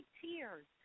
tears